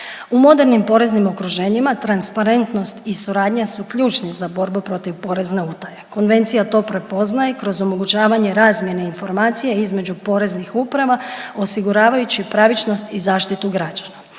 U modernim poreznim okruženjima transparentnost i suradnja su ključni za borbu protiv porezne utaje. Konvencija to prepoznaje kroz omogućavanje razmjene informacija između poreznih uprava osiguravajući pravičnost i zaštitu građana.